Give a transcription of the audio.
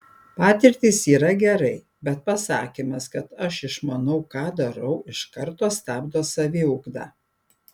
patirtys yra gerai bet pasakymas kad aš išmanau ką darau iš karto stabdo saviugdą